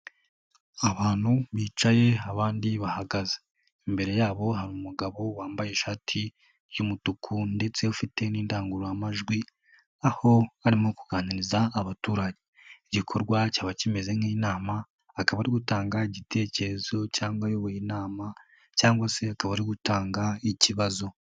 Abantu bicaye abandi bahagaze, imbere yabo hari umugabo wambaye ishati y'umutuku ndetse ufite n'indangururamajwi aho barimo kuganiriza abaturage, igikorwa cyaba kimeze nk'inama akaba ari gutanga igitekerezo cyangwa ayoboye inama cyangwa se akaba ari gutanga ikibazo.